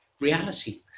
reality